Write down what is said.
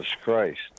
Christ